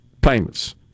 payments